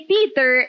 Peter